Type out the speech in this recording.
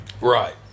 Right